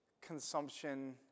consumption